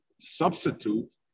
substitute